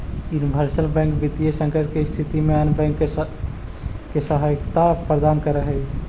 universal bank वित्तीय संकट के स्थिति में अन्य बैंक के सहायता प्रदान करऽ हइ